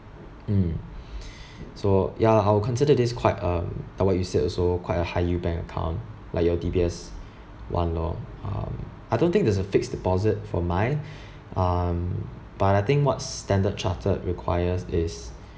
mm so ya I will consider this quite um like what you said also quite a high yield bank account like your D_B_S [one] lor um I don't think there's a fixed deposit for mine um but I think what standard chartered requires is